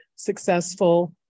successful